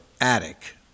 attic